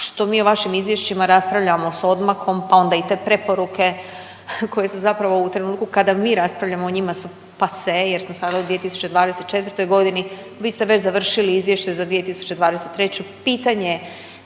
što mi o vašim izvješćima raspravljamo s odmakom, pa onda i te preporuke koje su zapravo u trenutku kada mi raspravljamo o njima su pase jer smo sada u 2024. godini. Vi ste već završili izvješće za 2023., pitanje